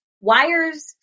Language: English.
wires